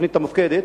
התוכנית המופקדת,